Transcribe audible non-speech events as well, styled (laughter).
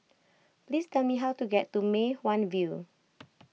please tell me how to get to Mei Hwan View (noise)